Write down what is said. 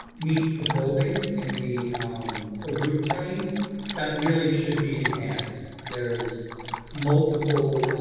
meets the building and the um ah roof plane that really should be enhanced, there's multiple,